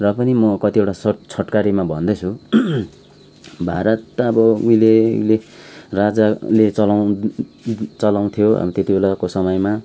र पनि म कतिवटा सर्ट छोटकरीमा भन्दैछु भारत त अब उहिले उहिले राजाले चलाउ चलाउँथ्यो अनि त्यति बेलाको समयमा